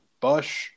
Bush